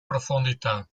profondità